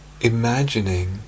imagining